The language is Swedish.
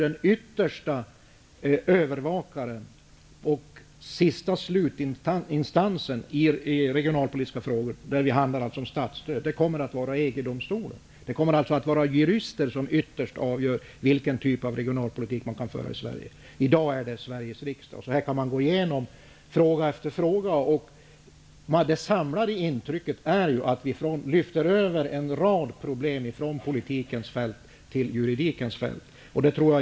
Den yttersta övervakaren och slutinstansen i regionalpolitiska frågor som rör statsstöd kommer att vara EG-domstolen. Jurister kommer alltså ytterst att avgöra vilken typ av regionalpolitik man kan föra i Sverige. I dag är det Sveriges riksdag. På det här sättet kan man gå igenom fråga efter fråga. Det samlade intrycket är att vi lyfter över en rad problem ifrån politikens fält till juridikens.